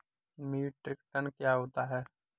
Metric ton क्या होता है?